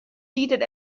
seated